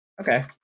Okay